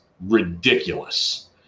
ridiculous